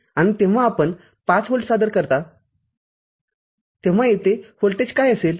आणि जेव्हा आपण ५ व्होल्ट सादर करता तेव्हा येथे व्होल्टेज काय असेल